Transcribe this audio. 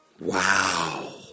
Wow